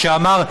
כשאמר: